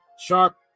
Sharp